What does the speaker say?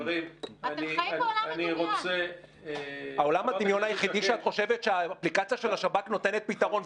עולם הדמיון היחיד הוא שאת חושבת שהאפליקציה של השב"כ נותנת פתרון,